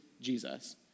Jesus